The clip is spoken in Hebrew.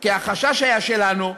כי החשש שלנו היה,